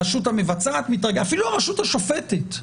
אפילו הרשות השופטת.